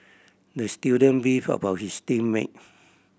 the student beefed about his team mate